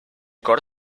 cor